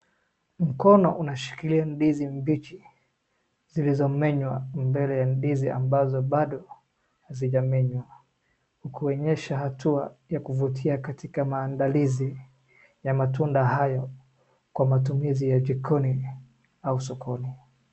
Mkono unashikilia ndizi mbichi zilizomenywa, mbele ndizi ambazo bado hazijamenywa. Kuonyesha hatua ya kuvutia katika maandalizi ya matunda hayo kwa matumizi ya jikoni au sokoni.